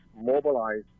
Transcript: mobilize